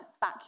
back